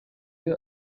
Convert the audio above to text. you